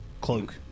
cloak